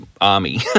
army